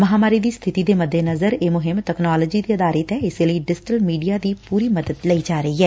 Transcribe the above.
ਮਹਾਂਮਾਰੀ ਦੀ ਸਬਿਤੀ ਦੇ ਮੱਦੇਨਜ਼ਰ ਇਹ ਮੁਹਿੰਮ ਤਕਨਾਲੋਜੀ ਤੇ ਆਧਾਰੱਤ ਐ ਇਸੇ ਲਈ ਡਿਜੀਟਲ ਮੀਡੀਆ ਦੀ ਪੁਰੀ ਮਦਦ ਲਈ ਜਾ ਰਹੀ ਐ